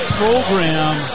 program